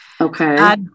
okay